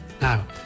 Now